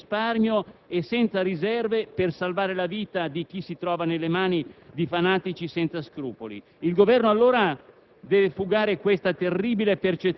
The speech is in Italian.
capacità: un impegno senza risparmio e senza riserve per salvare la vita di chi si trova nelle mani di fanatici senza scrupoli. Il Governo allora